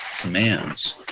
commands